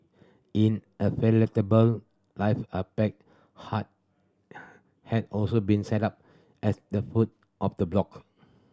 life are pack hard had also been set up at the foot of the block